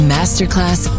Masterclass